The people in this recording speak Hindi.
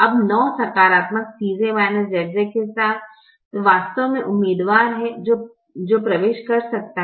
अब 9 सकारात्मक Cj Zj के साथ वास्तव में उम्मीदवार है जो प्रवेश कर सकता हैं